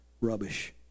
rubbish